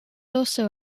also